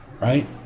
right